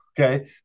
Okay